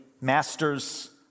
masters